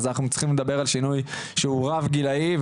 אנחנו צריכים לדבר על שינוי שהוא רב גילאי,